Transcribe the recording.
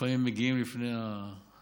לפעמים, הם מגיעים לפני האירוע.